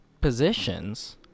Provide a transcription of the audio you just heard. positions